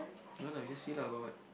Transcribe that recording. no lah you just see lah got what